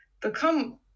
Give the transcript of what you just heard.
become